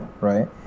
right